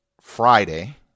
Friday